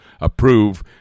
approve